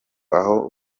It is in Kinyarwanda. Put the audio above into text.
aho